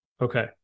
Okay